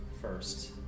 first